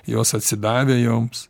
jos atsidavę joms